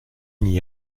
n’y